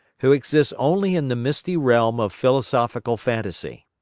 who exists only in the misty realm of philosophical fantasy.